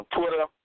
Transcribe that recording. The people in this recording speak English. Twitter